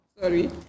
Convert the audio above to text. sorry